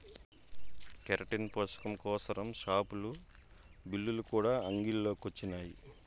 keratin పోసకం కోసరం షావులు, బిల్లులు కూడా అంగిల్లో కొచ్చినాయి